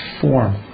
form